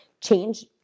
change